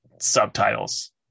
subtitles